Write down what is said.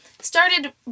started